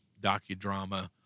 docudrama